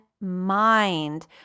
mind